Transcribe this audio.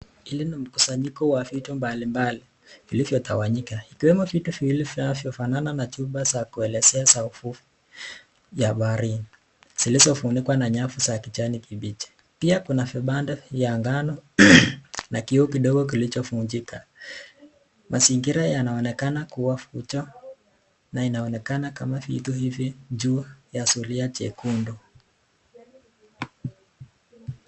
Hili ni mkusanyiko wa vitu mbali mbali vilivyotawanyika ikiwemo vitu vilivyo fanana na chupa za kuelezea za uvuvi ya baharini zilizofunikwa na nyavu za kijani kibichi. Pia kuna vibanda vya ngano na kioo kidogo kilichovunjika. Mazingira yanonekana kua fuja na inaonekana vitu hivii juu ya zulia jekundu.